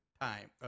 time